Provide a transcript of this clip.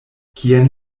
kien